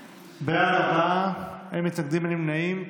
בעד, ארבעה, אין מתנגדים ואין נמנעים.